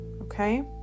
Okay